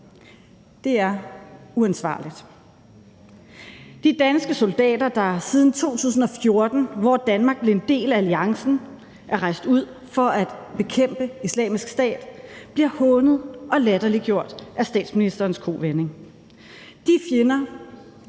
Det er uansvarligt. De danske soldater, der siden 2014, hvor Danmark blev en del af alliancen, er rejst ud for at bekæmpe Islamisk Stat, bliver hånet og latterliggjort af statsministerens kovending. De fjender,